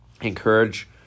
encourage